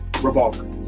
Revolver